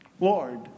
Lord